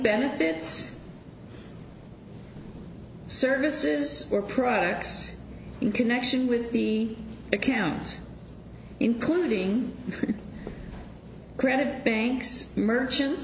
benefits services or products in connection with the accounts including credit banks merchants